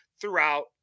throughout